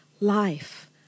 life